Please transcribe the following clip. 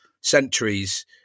centuries